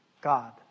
God